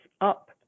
up